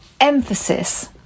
emphasis